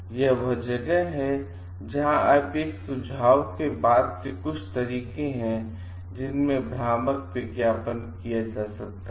यह वह जगह है जहां आप एक सुझाव के बाद से कुछ तरीके हैं जिनमें भ्रामक विज्ञापन किया जा सकता है